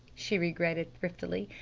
she regretted thriftily,